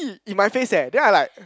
!ee! in my face eh then I like